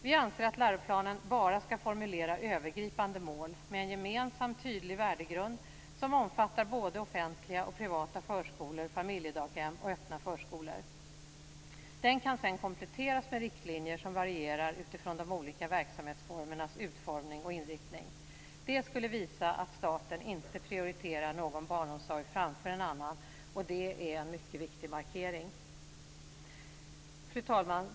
Vi anser att läroplanen bara skall formulera övergripande mål med en gemensam, tydlig värdegrund som omfattar både offentliga och privata förskolor, familjedaghem och öppna förskolor. Den kan sedan kompletteras med riktlinjer som varierar utifrån de olika verksamhetsformernas utformning och inriktning. Det skulle visa att staten inte prioriterar någon barnomsorg framför en annan, och det är en mycket viktig markering. Fru talman!